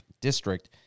district